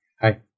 Hi